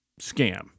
scam